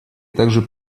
также